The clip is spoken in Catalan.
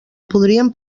podríem